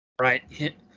Right